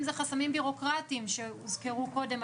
אם זה חסמים בירוקרטים שהוזכרו קודם,